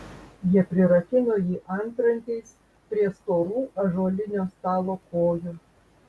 jie prirakino jį antrankiais prie storų ąžuolinio stalo kojų